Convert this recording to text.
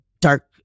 dark